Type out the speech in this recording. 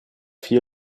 vier